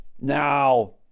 Now